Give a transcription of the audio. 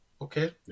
Okay